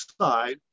side